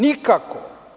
Nikako.